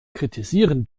kritisieren